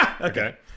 okay